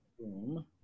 room